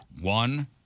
One